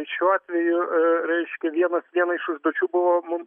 šiuo atveju reiškia vienas viena iš užduočių buvo mum